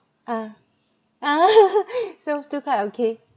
uh uh so still quite okay